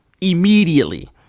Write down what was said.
immediately